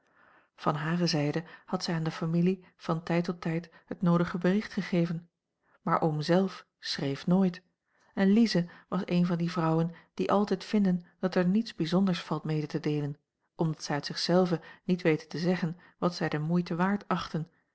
van hare zijde had zij aan de familie van tijd tot tijd het noodige bericht gegeven maar oom zelf schreef nooit en lize was eene van die vrouwen die altijd vinden dat er niets bijzonders valt mede te deelen omdat zij uit a l g bosboom-toussaint langs een omweg zich zelve niet weten te zeggen wat zij de moeite waard achten